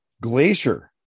Glacier